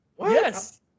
yes